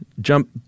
jump